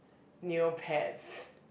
Neopets